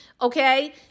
Okay